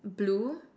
blue